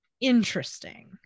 interesting